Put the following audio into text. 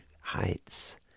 heights